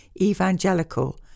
evangelical